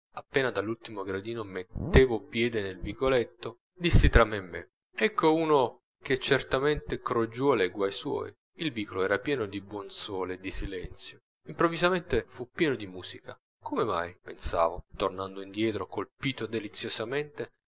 appena dall'ultimo gradino mettevo piede nel vicoletto dissi tra me e me ecco uno che certamente crogiuola i guai suoi il vicolo era pieno di buon sole e di silenzio improvvisamente fu pieno di musica come mai pensavo tornando indietro colpito deliziosamente